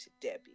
Debbie